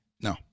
No